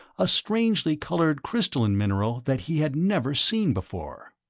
a strangely colored crystalline mineral that he had never seen before.